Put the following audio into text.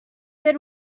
than